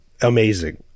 Amazing